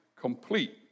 complete